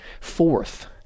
Fourth